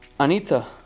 Anita